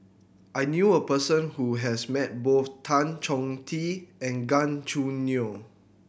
I knew a person who has met both Tan Chong Tee and Gan Choo Neo